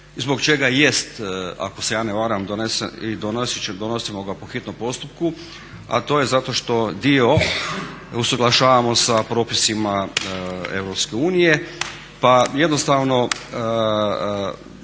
i zbog čega jest ako se ja ne varam i donosimo ga po hitnom postupku, a to je zato što dio usuglašavamo sa propisima EU, pa jednostavno